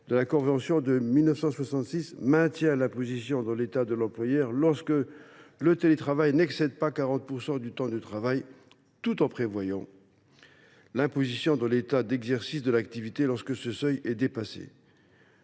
la convention de 1966, maintient l’imposition dans l’État de l’employeur lorsque le télétravail n’excède pas 40 % du temps de travail, tout en prévoyant l’imposition dans l’État d’exercice de l’activité lorsque ce seuil est dépassé.